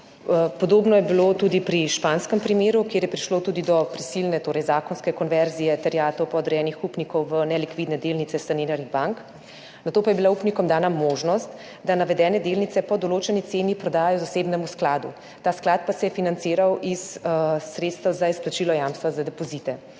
Podobno je bilo tudi v španskem primeru, kjer je prišlo tudi do prisilne, torej zakonske konverzije terjatev podrejenih upnikov v nelikvidne delnice saniranih bank, nato pa je bila upnikom dana možnost, da navedene delnice po določeni ceni prodajo zasebnemu skladu, ta sklad pa se je financiral iz sredstev za izplačilo jamstva za depozite.